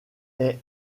est